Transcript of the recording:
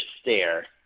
stare